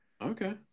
Okay